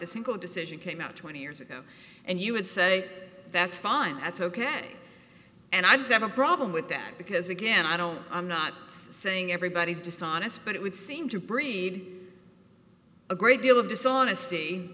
the single decision came out twenty years ago and you would say that's fine that's ok and i just have a problem with that because again i don't i'm not saying everybody is dishonest but it would seem to breed a great deal of dishonesty